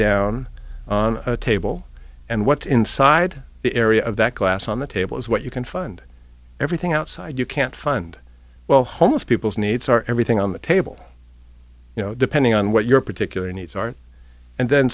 down on a table and what's inside the area of that glass on the table is what you can fund everything outside you can't fund well homes people's needs are everything on the table you know depending on what your particular needs are and then